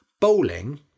Bowling